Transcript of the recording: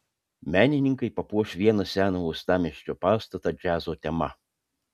menininkai papuoš vieną seną uostamiesčio pastatą džiazo tema